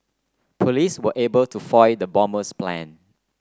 police were able to foil the bomber's plan